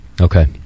Okay